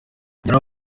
hari